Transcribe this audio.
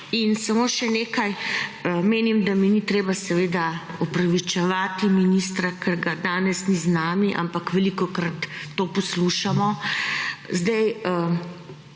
In samo še nekaj, menim, da mi ni treba seveda opravičevati ministra, ker ga danes ni z nami, ampak velikokrat to poslušamo.